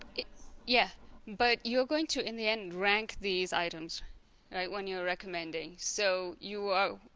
yeah but you are going to in the end rank these items right when you're recommending so you are.